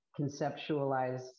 conceptualize